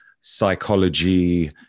psychology